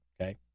Okay